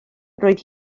roedd